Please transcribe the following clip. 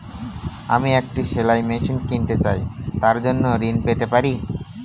আমি একটি সেলাই মেশিন কিনতে চাই তার জন্য ঋণ পেতে পারি?